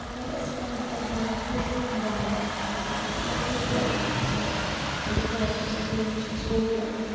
اگر اَسہِ گاہ بیگاہ ہوٚٹ بنٛد گژھان چھِ یا ہوٚٹ لَگان چھِ زُکام چھِ آسان تَمہِ وِز چھِ اَسہِ ہوٹ لَگان